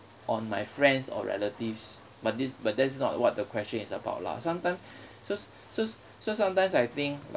on my friends or relatives but this but that's not what the question is about lah sometimes so so so sometimes I think